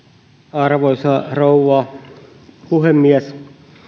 arvoisa rouva puhemies